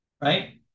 right